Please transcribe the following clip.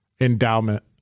endowment